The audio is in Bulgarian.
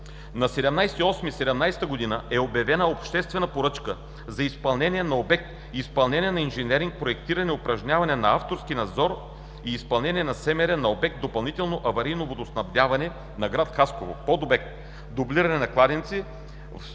На 17 август 2017 г. е обявена обществена поръчка за изпълнение на обект „Изпълнение на инженеринг – проектиране, упражняване на авторски надзор и изпълнение на СМР на обект „Допълнително аварийно водоснабдяване на град Хасково“, подобект „Дублиране на кладенци“